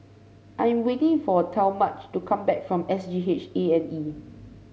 I am waiting for Talmadge to come back from S G H A and E